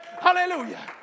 hallelujah